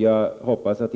Jag hoppas att